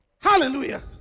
Hallelujah